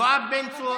יואב בן צור.